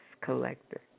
collector